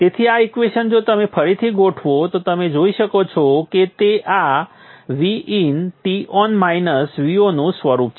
તેથી આ ઈક્વેશન જો તમે ફરીથી ગોઠવો તો તમે જોઇ શકો છો કે તે આ Vin Ton માઇનસ Vo નું સ્વરૂપનું છે